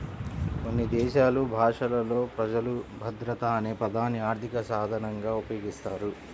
కొన్ని దేశాలు భాషలలో ప్రజలు భద్రత అనే పదాన్ని ఆర్థిక సాధనంగా ఉపయోగిస్తారు